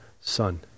Son